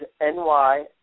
NY